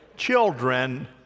children